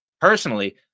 Personally